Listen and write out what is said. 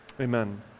amen